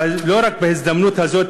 לא רק בהזדמנות הזאת,